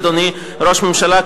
אדוני ראש הממשלה,